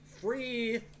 free